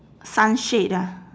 sunshade ah